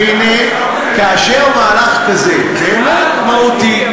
והנה, כאשר מהלך כזה, באמת מהותי,